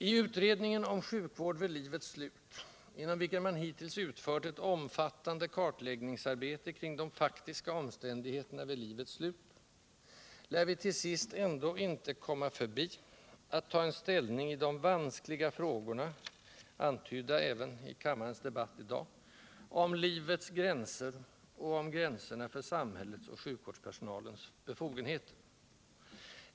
I utredningen om sjukvård vid livets slut, inom vilken man hittills utfört ett omfattande kartläggningsarbete kring de faktiska omständigheterna vid livets slut, lär vi till sist ändå inte komma förbi att ta ställning i de vanskliga frågorna — antydda även i kammarens debatt i dag — om livets gränser och om gränserna för samhällets och sjukvårdspersonalens befogenheter.